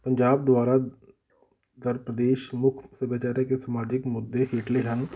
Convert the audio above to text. ਪੰਜਾਬ ਦੁਆਰਾ ਦਰਪਦੇਸ਼ ਮੁੱਖ ਸੱਭਿਆਚਾਰਕ ਅਤੇ ਸਮਾਜਿਕ ਮੁੱਦੇ ਲੇ ਹਨ